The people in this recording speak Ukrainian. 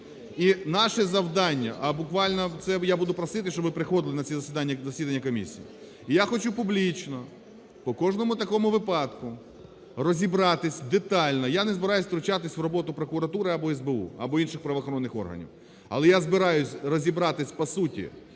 І наше завдання, буквально, я буду просити, щоб ви приходили на ці засідання комісії. Я хочу публічно по кожному такому випадку розібратись детально. Я не збираюсь втручатись в роботу прокуратури або СБУ, або інших правоохоронних органів. Але я збираюсь розібратись по суті,